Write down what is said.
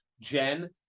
Jen